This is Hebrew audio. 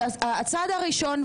הצעד הראשון,